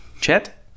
Chet